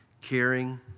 caring